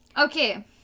Okay